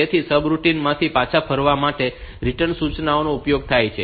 તેથી સબરૂટિન માંથી પાછા ફરવા માટે રીટર્ન સૂચનાનો ઉપયોગ થાય છે